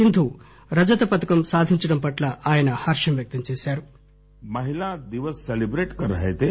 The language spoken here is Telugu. సింధు రజత పతకం సాధించడం పట్ల ఆయన హర్షం వ్యక్తం చేశారు